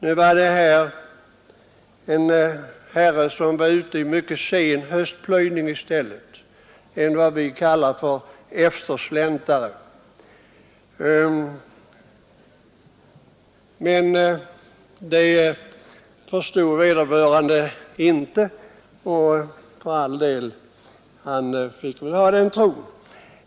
Nu var detta i stället en herre som var ute i mycket sen höstplöjning, en som vi kallar för eftersläntrare. Men det förstod vederbörande reporter inte och, för all del, han fick väl ha den tron.